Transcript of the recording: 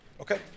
Okay